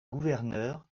gouverneurs